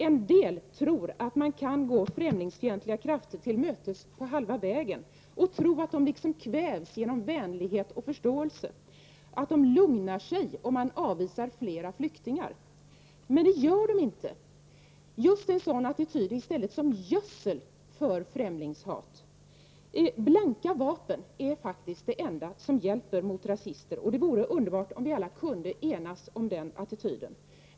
En del tror att man kan gå främlingsfientliga krafter till mötes på halva vägen, att de kvävs genom vänlighet och förståelse, att de lugnar sig om fler flyktingar avvisas. Men det gör de inte. Just en sådan attityd är i stället som gödsel för främlingshat. Blanka vapen är faktiskt det enda som hjälper mot rasister, och det vore underbart om vi alla kunde enas om den attityden.